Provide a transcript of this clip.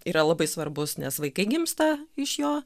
yra labai svarbus nes vaikai gimsta iš jo